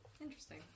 Interesting